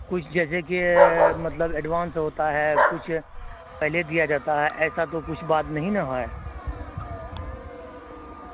کچھ جیسے کہ مطلب ایڈوانس ہوتا ہے کچھ پہلے دیا جاتا ہے ایسا تو کچھ بات نہیں نا ہیں